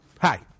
Hi